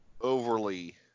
overly